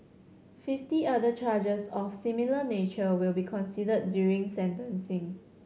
fifty other charges of similar nature will be considered during sentencing